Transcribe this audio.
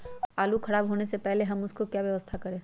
आलू खराब होने से पहले हम उसको क्या व्यवस्था करें?